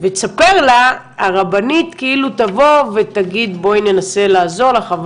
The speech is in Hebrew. ותספר לה הרבנית כאילו תבוא ותגיד בואי ננסה לעזור לך,